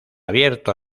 abierto